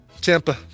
Tampa